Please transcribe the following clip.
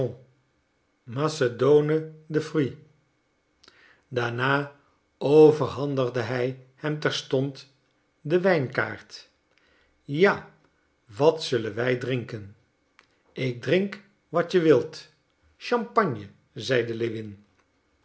macedoine de fruits daarna overhandigde hij hem terstond de wijnkaart ja wat zullen wij drinken ik drink wat je wilt champagne zeide